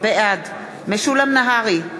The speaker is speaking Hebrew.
בעד משולם נהרי,